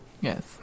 Yes